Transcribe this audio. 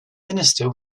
minister